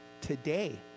today